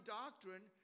doctrine